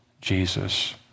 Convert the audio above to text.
Jesus